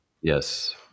Yes